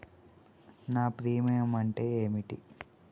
నా ప్రీమియం అంటే ఏమిటి?